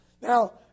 Now